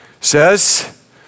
says